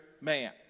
man